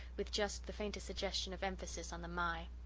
with just the faintest suggestion of emphasis on the my.